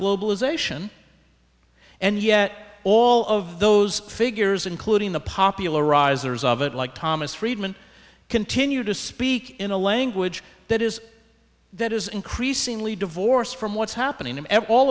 globalization and yet all of those figures including the popularizers of it like thomas friedman continue to speak in a language that is that is increasingly divorced from what's happening